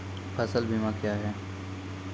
फसल बीमा क्या हैं?